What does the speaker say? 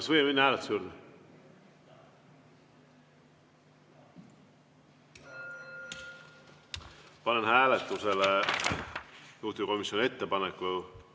Kas võime minna hääletuse juurde? Panen hääletusele juhtivkomisjoni ettepaneku.